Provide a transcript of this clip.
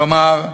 כלומר,